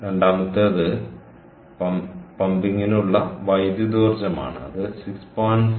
രണ്ടാമത്തേത് പമ്പിംഗിനുള്ള വൈദ്യുതോർജ്ജമാണ് അത് 6